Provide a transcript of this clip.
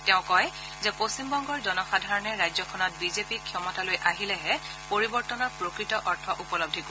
তেওঁ কয় যে পশ্চিমবংগৰ জনসাধাৰণে ৰাজ্যখনত বিজেপি ক্ষমতালৈ আহিলেহে পৰিৱৰ্তনৰ প্ৰকৃত অৰ্থ উপলধি কৰিব